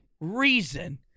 reason